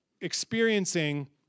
experiencing